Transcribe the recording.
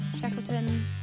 Shackleton